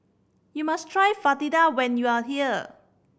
you must try Fritada when you are here